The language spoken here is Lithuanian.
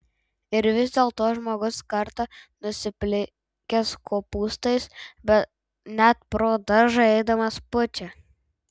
ir vis dėlto žmogus kartą nusiplikęs kopūstais net pro daržą eidamas pučia